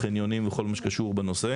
חניונים וכל מה שקשור בנושא.